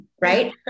Right